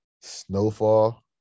Snowfall